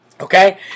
Okay